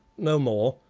no more.